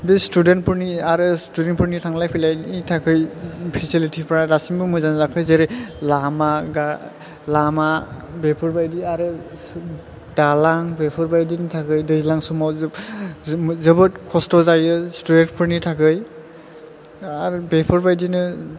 बे स्टुडेन्ट फोरनि आरो स्टुडेन्ट फोरनि थांलाय फैलायनि थाखाय फिसिलिटि फ्रा दासिमबो मोजां जायाखै जेरै लामा बेफोर बायदि आरो दालां बेफोर बायदिनि थाखाय दैज्लां समाव जोबोद खस्थ' जायो स्टुडेन्ट फोरनि थाखाय आरो बेफोर बायदिनो